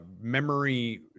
memory